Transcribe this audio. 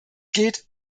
geht